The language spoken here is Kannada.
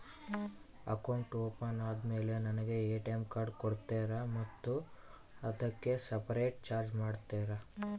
ಅಕೌಂಟ್ ಓಪನ್ ಆದಮೇಲೆ ನನಗೆ ಎ.ಟಿ.ಎಂ ಕಾರ್ಡ್ ಕೊಡ್ತೇರಾ ಮತ್ತು ಅದಕ್ಕೆ ಸಪರೇಟ್ ಚಾರ್ಜ್ ಮಾಡ್ತೇರಾ?